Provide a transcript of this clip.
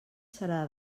serà